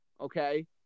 Okay